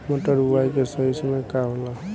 मटर बुआई के सही समय का होला?